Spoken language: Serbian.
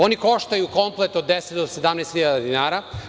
Oni koštaju, komplet, od 10 do 17 hiljada dinara.